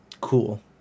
Cool